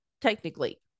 technically